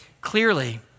clearly